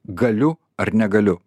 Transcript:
galiu ar negaliu